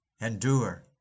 endure